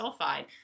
sulfide